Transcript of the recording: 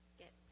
get